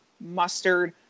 mustard